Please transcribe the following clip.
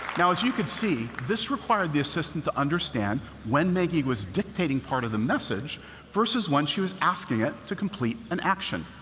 now, as you can see, this required the assistant to understand when maggie was dictating part of the message versus when she was asking it to complete an action.